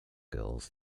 girls